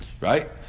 right